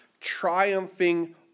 triumphing